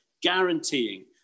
guaranteeing